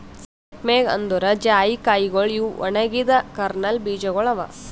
nutmeg ಅಂದುರ್ ಜಾಯಿಕಾಯಿಗೊಳ್ ಇವು ಒಣಗಿದ್ ಕರ್ನಲ್ ಬೀಜಗೊಳ್ ಅವಾ